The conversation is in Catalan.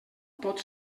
pot